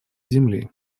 земли